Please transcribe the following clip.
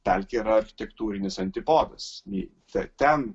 pelkė yra architektūrinis antipodas gi tai ten